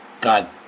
God